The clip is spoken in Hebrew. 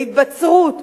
בהתבצרות,